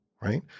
right